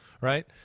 Right